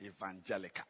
Evangelica